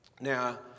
Now